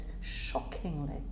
shockingly